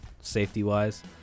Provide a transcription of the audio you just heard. safety-wise